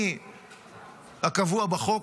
מהקבוע בחוק,